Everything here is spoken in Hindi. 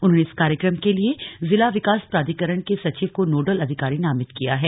उन्होंने इस कार्यक्रम के लिए जिला विकास प्राधिकरण के सचिव को नोडल अधिकारी नामित किया है